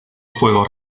fuego